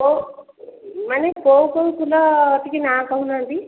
କେଉଁ ମାନେ କେଉଁ କେଉଁ ଫୁଲ ଟିକେ ନାଁ କହୁ ନାହାନ୍ତି